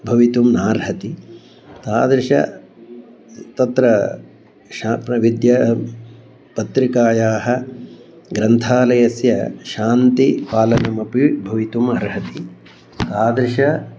भवितुम् नार्हति तादृशं तत्र विद्या पत्रिकायाः ग्रन्थालयस्य शान्तिपालनमपि भवितुम् अर्हति तादृशेषु